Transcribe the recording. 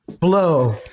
Blow